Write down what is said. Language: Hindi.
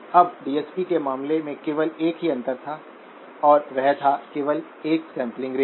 अब डीएसपी के मामले में केवल एक ही अंतर था और वह था केवल एक सैंपलिंग रेट